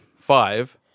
five